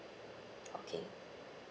okay